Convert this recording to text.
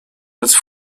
als